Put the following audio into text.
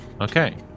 Okay